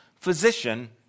Physician